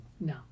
No